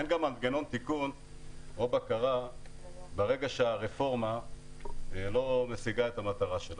אין גם מנגנון תיקון או בקרה ברגע שהרפורמה לא משיגה את המטרה שלה.